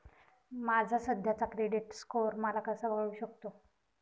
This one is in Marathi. माझा सध्याचा क्रेडिट स्कोअर मला कसा कळू शकतो?